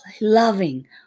loving